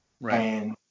Right